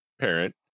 parent